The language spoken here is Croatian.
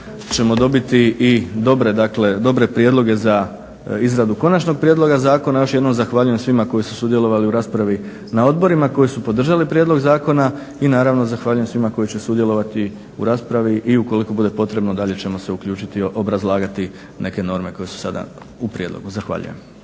ćemo dobiti dobre prijedloge za izradu konačnog prijedloga zakona. Još jednom zahvaljujem svima koji su sudjelovali u raspravi na odborima koji su podržali prijedlog zakona i naravno zahvaljujem svima koji će sudjelovati u raspravi i ukoliko bude potrebno dalje ćemo se uključiti i obrazlagati neke norme koje su sada u prijedlogu. Zahvaljujem.